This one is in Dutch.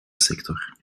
sector